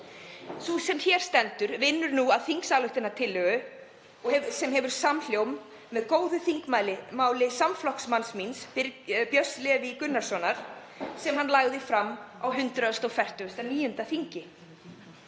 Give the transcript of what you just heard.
Sú sem hér stendur vinnur nú að þingsályktunartillögu sem hefur samhljóm með góðu þingmáli samflokksmanns míns, Björns Levís Gunnarssonar, sem hann lagði fram á 149. þingi.